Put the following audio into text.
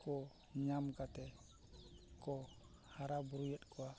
ᱠᱚ ᱧᱟᱢ ᱠᱟᱛᱮᱫ ᱠᱚ ᱦᱟᱨᱟ ᱵᱩᱨᱩᱮᱫ ᱠᱚᱣᱟ